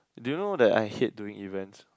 do you know that I hate doing events